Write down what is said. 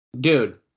Dude